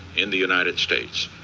in the united states,